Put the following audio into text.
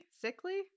Sickly